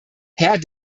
herr